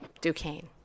Duquesne